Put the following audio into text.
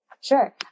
Sure